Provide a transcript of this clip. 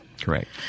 Correct